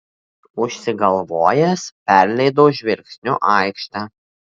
užsigalvojęs perleidau žvilgsniu aikštę